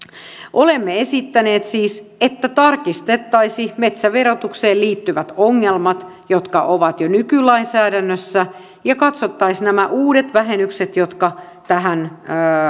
olemme esittäneet siis että tarkistettaisiin metsäverotukseen liittyvät ongelmat jotka ovat jo nykylainsäädännössä ja katsottaisiin nämä uudet vähennykset jotka tähän